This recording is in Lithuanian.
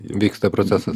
vyksta procesas